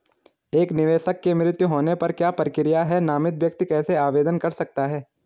एक निवेशक के मृत्यु होने पर क्या प्रक्रिया है नामित व्यक्ति कैसे आवेदन कर सकता है?